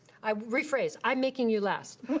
i, rephrase, i'm making you last.